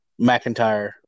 McIntyre